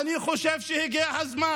אני חושב שהגיע הזמן,